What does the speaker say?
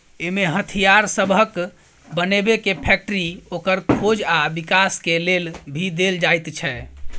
इमे हथियार सबहक बनेबे के फैक्टरी, ओकर खोज आ विकास के लेल भी देल जाइत छै